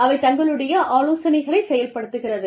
அவை தங்களுடைய ஆலோசனைகளை செயல்படுத்துகிறது